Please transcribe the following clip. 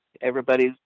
Everybody's